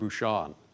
Bouchon